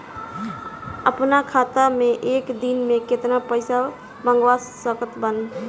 अपना खाता मे एक दिन मे केतना पईसा मँगवा सकत बानी?